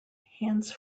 hands